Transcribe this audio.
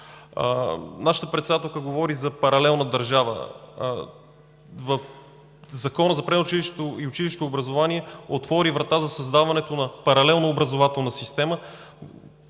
Нашата председателка говори за паралелна държава. Законът за предучилищното и училищното образование отвори врата за създаването на паралелна образователна система,